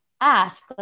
ask